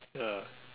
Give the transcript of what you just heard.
ya